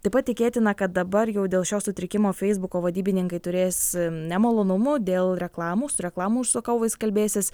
taip pat tikėtina kad dabar jau dėl šio sutrikimo feisbuko vadybininkai turės nemalonumų dėl reklamų su reklamų užsakovais kalbėsis